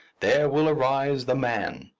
there will arise the man.